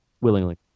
willingly